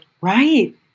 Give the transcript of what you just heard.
Right